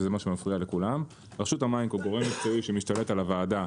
שזה מה שמפריע לכולם רשות המים כגורם מקצועי שמשתלט על הוועדה,